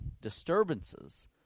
disturbances